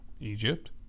Egypt